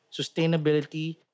sustainability